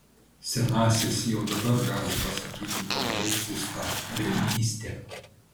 senasis jau dabar gali pasakyti kuom baigsis ta velnystė